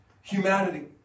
humanity